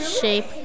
shape